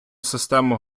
систему